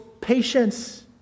patience